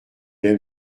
aime